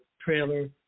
trailer